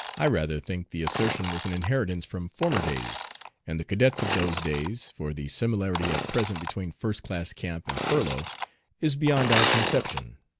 i rather think the assertion is an inheritance from former days and the cadets of those days, for the similarity at present between first-class camp and furlough is beyond our conception.